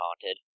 haunted